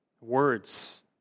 words